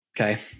Okay